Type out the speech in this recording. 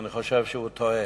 אני חושב שהוא טועה.